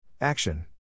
Action